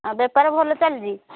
ବେପାର ଭଲ ଚାଲିଛି